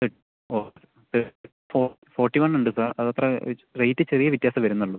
forty one ഉണ്ട് sir അത് അത്ര റേറ്റ് ചെറിയ വ്യത്യാസമേ വരുന്നുള്ളൂ